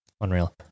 Unreal